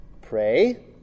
pray